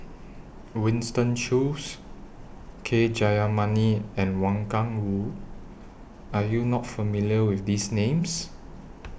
Winston Choos K Jayamani and Wang Gungwu Are YOU not familiar with These Names